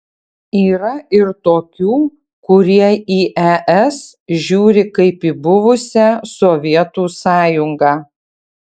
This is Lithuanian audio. yra ir tokių kurie į es žiūri kaip į buvusią sovietų sąjungą